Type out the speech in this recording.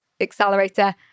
accelerator